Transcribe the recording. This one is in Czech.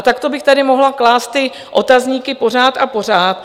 Takto bych tady mohla klást ty otazníky pořád a pořád.